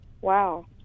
wow